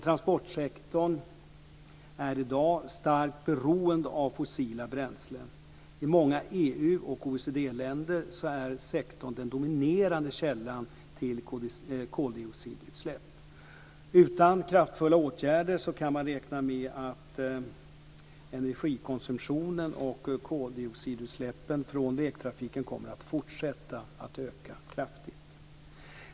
Transportsektorn är i dag starkt beroende av fossila bränslen. I många EU och OECD-länder är sektorn den dominerande källan till koldioxidutsläpp. Utan kraftfulla åtgärder kan man räkna med att energikonsumtionen och koldioxidutsläppen från vägtrafiken kommer att fortsätta att öka kraftigt.